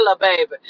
baby